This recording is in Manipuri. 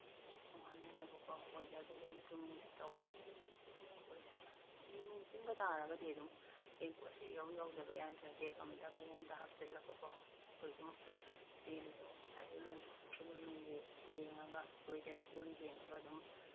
ꯅꯨꯡꯉꯥꯏꯅꯅꯕꯀꯣ ꯋꯦꯗꯔꯗꯨꯒꯤ ꯃꯇꯨꯡꯏꯟꯅ ꯇꯧꯋꯤ ꯑꯩꯈꯣꯏꯁꯨ ꯅꯣꯡ ꯆꯤꯡꯒ ꯇꯥꯔꯒꯗꯤ ꯑꯗꯨꯝ ꯔꯦꯟꯀꯣꯠꯁꯤ ꯏꯌꯥꯎ ꯌꯥꯎꯗꯕ ꯌꯥꯗ꯭ꯔꯦ ꯕꯦꯒ ꯑꯃꯗ ꯀꯔꯤ ꯑꯃꯗ ꯍꯥꯞꯆꯤꯜꯂꯒꯀꯣ ꯑꯩꯈꯣꯏ ꯑꯗꯨꯝ ꯆꯦꯜꯂꯤꯗꯣ ꯉꯁꯥꯏꯒꯤ ꯅꯣꯡ ꯐꯤꯕꯝꯒꯤ ꯌꯦꯡꯉꯒ ꯋꯦꯗꯔ ꯐꯤꯕꯝ ꯌꯦꯡꯉꯒ ꯑꯗꯨꯝ